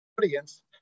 audience